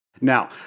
now